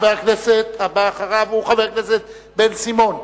חבר הכנסת הבא אחריו הוא חבר הכנסת בן-סימון,